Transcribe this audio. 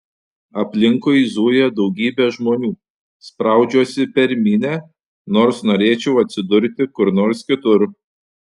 aplinkui zuja daugybė žmonių spraudžiuosi per minią nors norėčiau atsidurti kur nors kitur